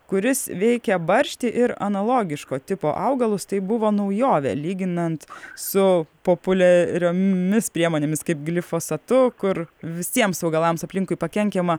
kuris veikia barštį ir analogiško tipo augalus tai buvo naujovė lyginant su populiariomis priemonėmis kaip glifosatu kur visiems augalams aplinkui pakenkiama